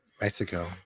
Mexico